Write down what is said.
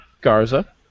Garza